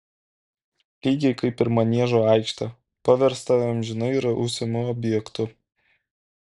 lygiai kaip ir maniežo aikštę paverstą amžinai rausiamu objektu